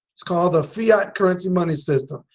it's called the fiat currency money system.